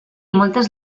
moltes